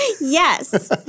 Yes